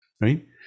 right